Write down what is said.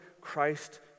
Christ